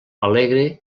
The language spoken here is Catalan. alegre